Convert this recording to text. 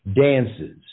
Dances